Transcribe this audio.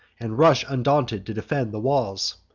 and rush undaunted to defend the walls.